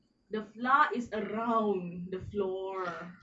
the flour is around the floor